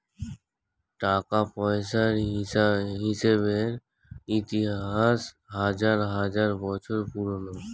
টাকা পয়সার হিসেবের ইতিহাস হাজার হাজার বছর পুরোনো